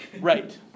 right